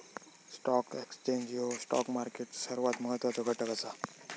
stock exchange ह्यो stock मार्केटचो सर्वात महत्वाचो घटक असा